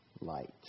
light